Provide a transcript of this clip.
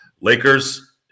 Lakers